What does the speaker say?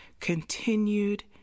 continued